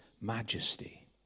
majesty